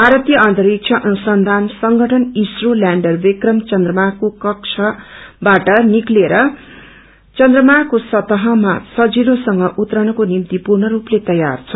भारतीय अन्तरिक्ष अनुसंयान संगठन आइएसआरओ लैंडर विक्रम चन्द्रमाको कक्षाबाट निक्नलेर चन्द्रमाको सतहमा सजिलोसंग उत्रन को निम्ति पूर्ण रूपले तयार छ